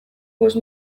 bost